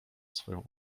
swoją